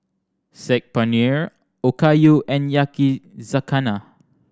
Saag Paneer Okayu and Yakizakana